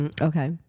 Okay